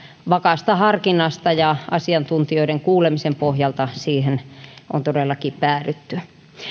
vakaasta harkinnasta ja asiantuntijoiden kuulemisen pohjalta siihen on päädytty